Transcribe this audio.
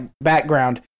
background